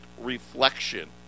reflection